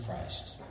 Christ